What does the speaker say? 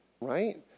right